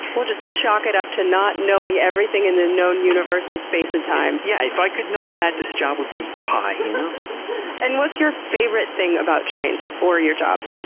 we'll just chalk it up to not knowing everything in the known universe and space and time. yes. yeah if i could know that, this job would be pie. you know and what's your favorite thing about trains or your job?